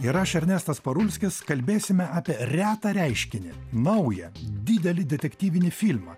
ir aš ernestas parulskis kalbėsime apie retą reiškinį naują didelį detektyvinį filmą